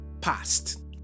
past